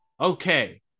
okay